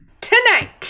Tonight